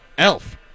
Elf